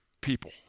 people